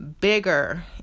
bigger